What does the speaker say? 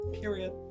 period